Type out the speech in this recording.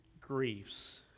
griefs